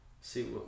See